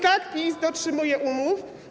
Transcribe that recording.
Tak PiS dotrzymuje umów.